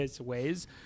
ways